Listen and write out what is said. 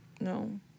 No